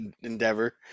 endeavor